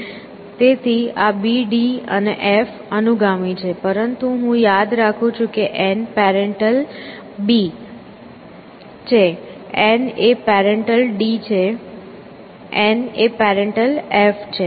તેથી આ B D અને F અનુગામી છે પરંતુ હું યાદ રાખું છું કે N પેરેંટલ B છે N એ પેરેંટલ D છે N એ પેરેંટલ F છે